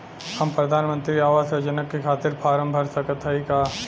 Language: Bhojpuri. हम प्रधान मंत्री आवास योजना के खातिर फारम भर सकत हयी का?